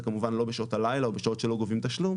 זה כמובן לא בשעות הלילה או בשעות שלא גובים תשלום